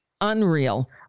Unreal